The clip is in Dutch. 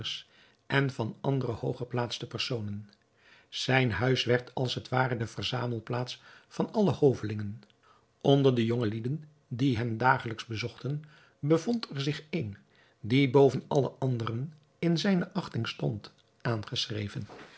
en van andere hooggeplaatste personen zijn huis werd als het ware de verzamelplaats van alle hovelingen onder de jongelieden die hem dagelijks bezochten bevond er zich een die boven alle anderen in zijne achting stond aangeschreven